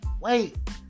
Wait